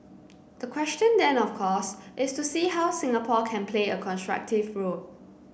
the question then of course is to see how Singapore can play a constructive role